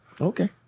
okay